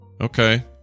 Okay